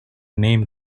name